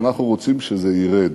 ואנחנו רוצים שזה ירד.